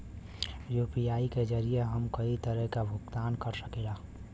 UPI के जरिये हम कई तरे क भुगतान कर सकीला